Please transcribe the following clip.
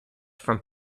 from